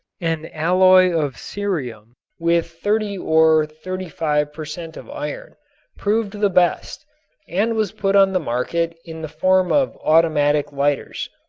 an alloy of cerium with thirty or thirty five per cent. of iron proved the best and was put on the market in the form of automatic lighters.